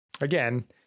Again